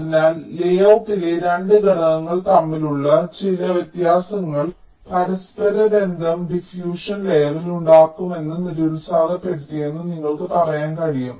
അതിനാൽ ലേയൌട്ടിലെ 2 ഘടകങ്ങൾ തമ്മിലുള്ള ചില പരസ്പരബന്ധം ഡിഫ്യൂഷൻ ലെയറിൽ ഉണ്ടാക്കണമെന്ന് നിരുത്സാഹപ്പെടുത്തിയെന്ന് നിങ്ങൾക്ക് പറയാൻ കഴിയും